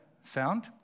sound